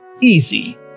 easy